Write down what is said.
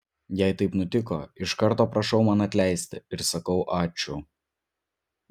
jei taip nutiko iš karto prašau man atleisti ir sakau ačiū